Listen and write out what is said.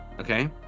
Okay